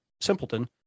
simpleton